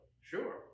Sure